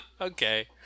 Okay